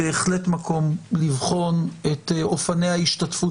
יש בהחלט מקום לבחון את אופני ההשתתפות